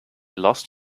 lost